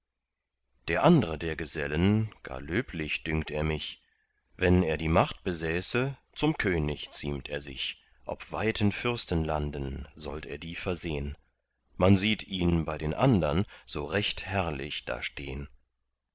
der andre der gesellen gar löblich dünkt er mich wenn er die macht besäße zum könig ziemt er sich ob weiten fürstenlanden sollt er die versehn man sieht ihn bei den andern so recht herrlich da stehn